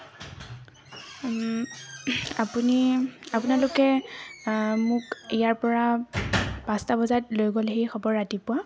আপুনি আপোনালোকে মোক ইয়াৰ পৰা পাঁচটা বজাত লৈ গ'লেহি হ'ব ৰাতিপুৱা